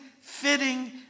fitting